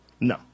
No